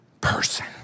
person